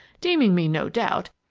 deeming me, no doubt,